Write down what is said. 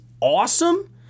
awesome